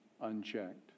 unchecked